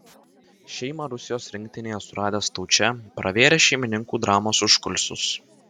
šeimą rusijos rinktinėje suradęs staučė pravėrė šeimininkų dramos užkulisius